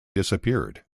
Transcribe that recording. disappeared